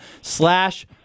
slash